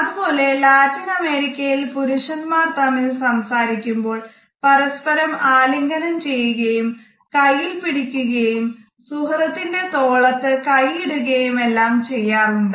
അതുപോലെ ലാറ്റിൻ അമേരിക്കയിൽ പുരുഷന്മാർ തമ്മിൽ സംസാരിക്കുമ്പോൾ പരസ്പരം ആലിംഗനം ചെയ്യുകയും കയ്യിൽ പിടിക്കുകയും സുഹൃത്തിന്റെ തോളത്ത് കൈയിടുകയുമെല്ലാം ചെയ്യാറുണ്ട്